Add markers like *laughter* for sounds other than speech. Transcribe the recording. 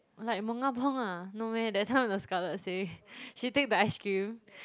like mongabong ah no meh that time the Scarlet say *breath* she take the ice cream